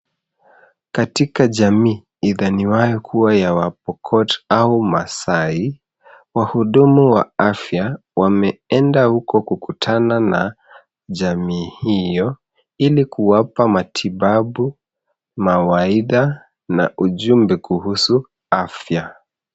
Katika jamii idhaniwayo kua ya wapokot au maasai, wahudumu wa afya wameenda huko kukutana na jamii hio ili kuwapa matibabu, mawaidha na ujumbe kuhusu afya.